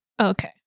Okay